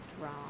wrong